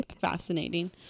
Fascinating